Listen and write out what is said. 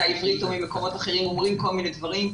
העברית או ממקומות אחרים אומרים כל מיני דברים.